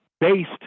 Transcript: based